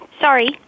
Sorry